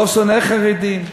לא שונא חרדים.